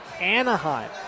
Anaheim